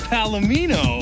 Palomino